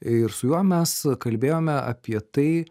ir su juo mes kalbėjome apie tai